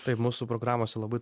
taip mūsų programose labai